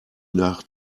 nach